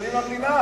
מסוכנים למדינה.